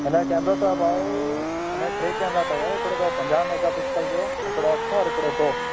हिनजो केमरो अथव भाउ हिन टे केमरा अथव हिकिड़ो अथव पंजाह मेगा पिक्सल जो हिकिड़ो अठरि हिकिड़ो सौ